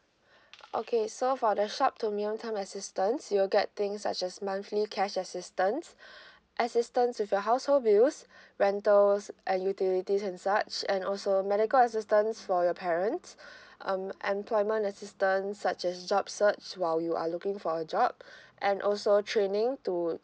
okay so for the short to medium term assistance you'll get things such as monthly cash assistance assistance with your household bills rentals and utilities and such and also medical assistance for your parents um employment assistant such as job search while you are looking for a job and also training to